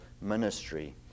ministry